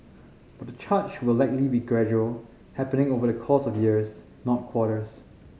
but the charge will likely be gradual happening over the course of years not quarters